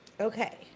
Okay